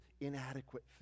inadequate